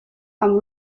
amb